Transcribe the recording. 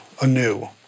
anew